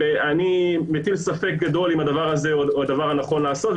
אני מטיל ספק אם זה הדבר הנכון לעשות.